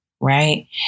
Right